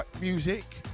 Music